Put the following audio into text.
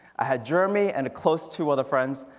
i had jeremy and a close two other friends.